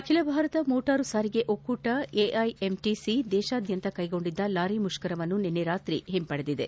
ಅಖಿಲ ಭಾರತ ಮೋಟಾರು ಸಾರಿಗೆ ಒಕ್ಕೂಟ ಎಐಎಂಟಿಸಿ ದೇಶಾದ್ಯಂತ ಕ್ಲೆಗೊಂಡಿದ್ದ ಲಾರಿ ಮುಪ್ತರವನ್ನು ನಿನ್ನೆ ರಾತ್ರಿ ಹಿಂಪಡೆದಿದೆ